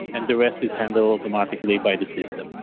and the rest is handled automatically by the system.